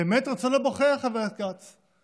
באמת רצון הבוחר, חבר הכנסת כץ.